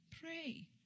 Pray